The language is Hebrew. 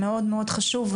מאוד מאוד חשוב,